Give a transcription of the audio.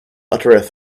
uttereth